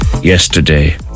yesterday